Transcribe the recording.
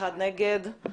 אחד נגד.